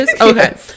okay